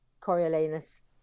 Coriolanus